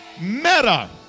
meta